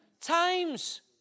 times